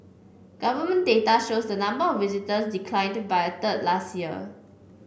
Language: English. government data shows the number of visitors declined by a third last year